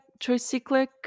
tricyclic